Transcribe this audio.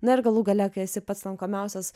na ir galų gale kai esi pats lankomiausias